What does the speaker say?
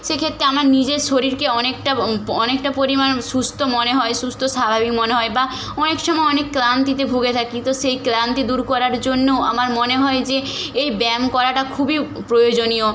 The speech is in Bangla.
সেক্ষেত্রে আমার নিজের শরীরকে অনেকটা প্ অনেকটা পরিমাণ সুস্থ মনে হয় সুস্থ স্বাভাবিক মনে হয় বা অনেক সময় অনেক ক্লান্তিতে ভুগে থাকি তো সেই ক্লান্তি দূর করার জন্যও আমার মনে হয় যে এই ব্যায়াম করাটা খুবই প্রয়োজনীয়